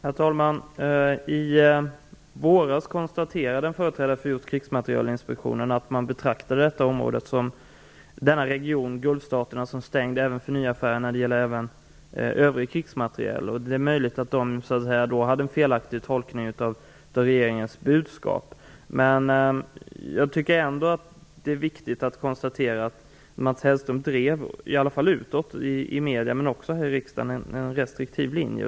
Herr talman! I våras konstaterade en företrädare för just Krigsmaterielinspektionen att man betraktar denna region, Gulfstaterna, som stängd för nya affärer även när det gäller övrig krigsmateriel. Det är möjligt att det var en felaktig tolkning av regeringens budskap. Det är ändå viktigt att konstatera att Mats Hellström i medierna men också här i riksdagen drev en restriktiv linje.